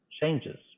changes